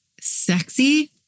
sexy